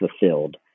fulfilled